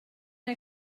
neu